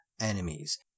enemies